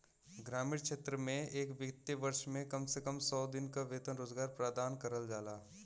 ग्रामीण क्षेत्र में एक वित्तीय वर्ष में कम से कम सौ दिन क वेतन रोजगार प्रदान करल जाला